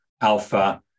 Alpha